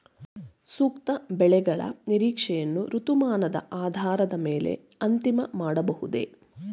ಸೂಕ್ತ ಬೆಳೆಗಳ ನಿರೀಕ್ಷೆಯನ್ನು ಋತುಮಾನದ ಆಧಾರದ ಮೇಲೆ ಅಂತಿಮ ಮಾಡಬಹುದೇ?